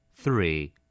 three